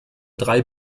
drei